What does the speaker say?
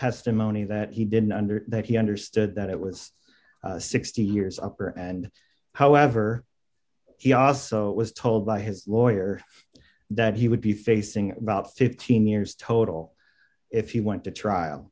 testimony that he didn't under that he understood that it was sixty years upper and however he also was told by his lawyer that he would be facing about fifteen years total if he went to